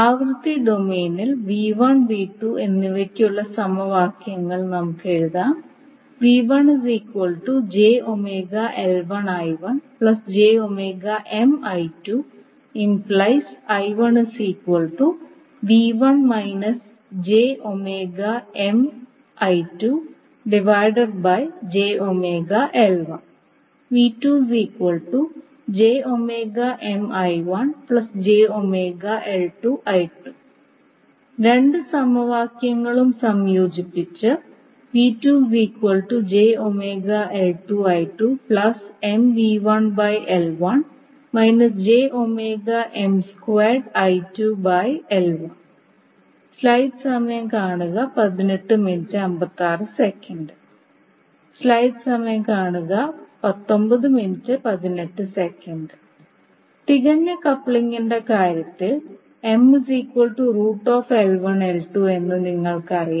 ആവൃത്തി ഡൊമെയ്നിൽ v 1 v 2 എന്നിവയ്ക്കുള്ള സമവാക്യങ്ങൾ നമുക്ക് എഴുതാം രണ്ട് സമവാക്യങ്ങളും സംയോജിപ്പിച്ച് തികഞ്ഞ കപ്ലിംഗിന്റെ കാര്യത്തിൽ എന്ന് നിങ്ങൾക്കറിയാം